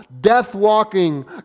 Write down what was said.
death-walking